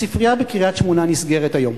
הספרייה בקריית-שמונה נסגרת היום.